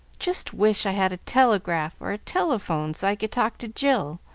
just wish i had a telegraph or a telephone, so i could talk to jill.